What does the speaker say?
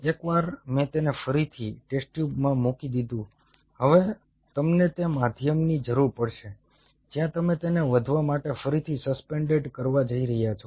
એકવાર મેં તેને ફરીથી ટેસ્ટ ટ્યુબમાં મૂકી દીધું હવે તમને તે માધ્યમની જરૂર પડશે જ્યાં તમે તેને વધવા માટે ફરીથી સસ્પેન્ડ કરવા જઈ રહ્યા છો